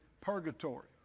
purgatory